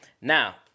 Now